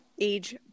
age